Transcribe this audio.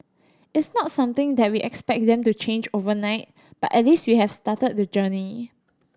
it's not something that we expect them to change overnight but at least we have started the journey